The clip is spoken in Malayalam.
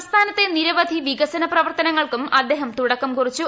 സംസ്ഥാനത്തെ നിരവധി വികസനപ്രവർത്തനങ്ങൾക്കും അദ്ദേഹം തുടക്കം കുറിച്ചു